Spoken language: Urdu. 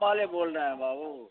والے بول رہیں ہیں بابو